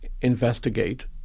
investigate